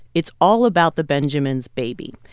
it's all about the benjamins, baby.